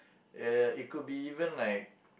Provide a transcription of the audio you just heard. uh it could be even like